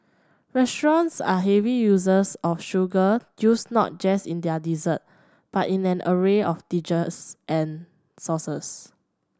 restaurants are heavy users of sugar used not just in their dessert but in an array of dishes and sauces